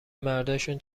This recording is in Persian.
مرداشون